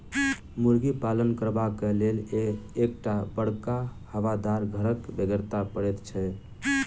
मुर्गी पालन करबाक लेल एक टा बड़का हवादार घरक बेगरता पड़ैत छै